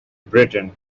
britain